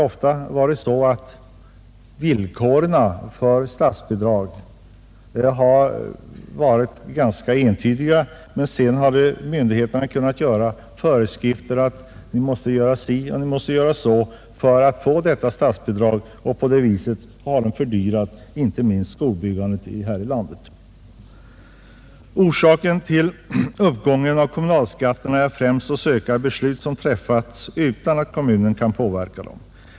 Ofta har villkoren för statsbidrag varit ganska entydiga, men sedan har myndigheterna utfärdat föreskrifter att man måste göra si eller så för att få dessa statsbidrag. På detta sätt har inte minst skolbyggandet här i landet fördyrats. Orsaken till uppgången av kommunalskatterna är främst att söka i beslut som har träffats utan att kommunerna kan påverka dem.